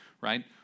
right